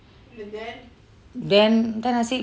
then then I say